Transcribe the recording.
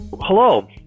Hello